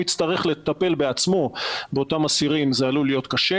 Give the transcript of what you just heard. יצטרך לטפל בעצמו באותם אסירים זה עלול להיות קשה,